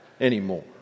anymore